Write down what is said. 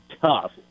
tough